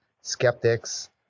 skeptics